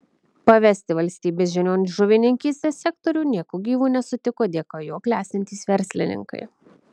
pavesti valstybės žinion žuvininkystės sektorių nieku gyvu nesutiko dėka jo klestintys verslininkai